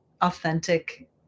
authentic